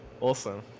awesome